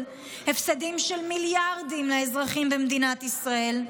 והפסדים של מיליארדים לאזרחים במדינת ישראל,